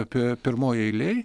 apie pirmoj eilėj